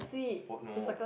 po~ no